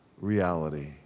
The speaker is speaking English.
reality